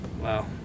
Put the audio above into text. Wow